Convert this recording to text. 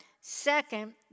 Second